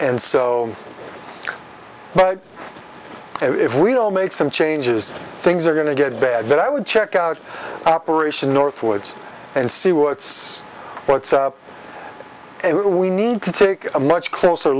and so but if we'll make some changes things are going to get bad but i would check out operation northwoods and see what's what's it we need to take a much closer